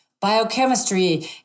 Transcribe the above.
biochemistry